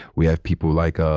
we have people like, ah